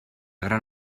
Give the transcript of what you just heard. gran